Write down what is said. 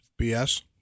bs